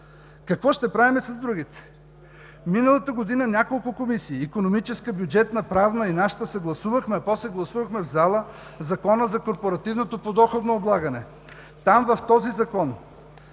какво ще правим с другите? Миналата година няколко комисии – Икономическа, Бюджетна, Правна и нашата, съгласувахме, а после гласувахме в залата Закона за корпоративното подоходно облагане. В този закон,